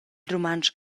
rumantsch